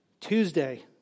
Tuesday